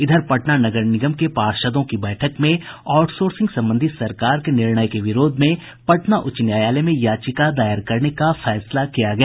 इधर पटना नगर निगम के पार्षदों की बैठक में आउटसोर्सिंग संबंधी सरकार के निर्णय के विरोध में पटना उच्च न्यायालय में याचिका दायर करने का फैसला किया गया